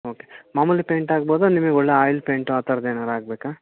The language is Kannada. ಓಕೆ ಮಾಮೂಲಿ ಪೈಂಟ್ ಆಗ್ಬೌದಾ ನಿಮಗ್ ಒಳ್ಳೆಯ ಆಯಿಲ್ ಪೇಂಟ್ ಆ ಥರದ್ದು ಏನಾರೂ ಆಗಬೇಕಾ